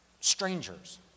strangers